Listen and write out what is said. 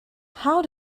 how